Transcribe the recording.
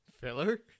filler